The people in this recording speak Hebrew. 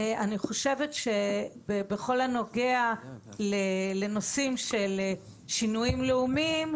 בכל הנוגע לנושאים של שינויים לאומיים,